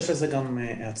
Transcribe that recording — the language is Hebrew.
יש לזה גם הצדקה.